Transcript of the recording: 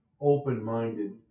open-minded